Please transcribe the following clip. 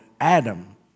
Adam